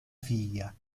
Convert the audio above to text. figlia